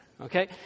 okay